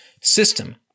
system